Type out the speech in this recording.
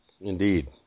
Indeed